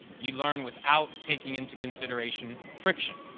you learn without taking in to consideration friction.